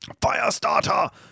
Firestarter